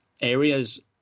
areas